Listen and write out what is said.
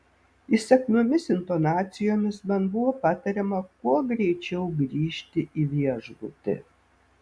įsakmiomis intonacijomis man buvo patariama kuo greičiau grįžti į viešbutį